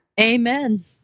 Amen